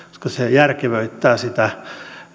se järkevöittää sitä